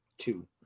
two